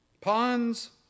ponds